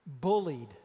bullied